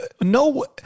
no